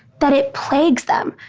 but it plagues them,